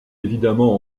évidemment